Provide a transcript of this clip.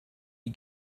you